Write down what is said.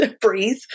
breathe